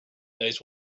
knows